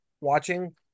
watching